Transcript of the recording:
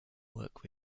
work